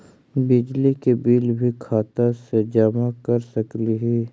बिजली के बिल भी खाता से जमा कर सकली ही?